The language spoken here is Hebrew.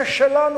זה שלנו,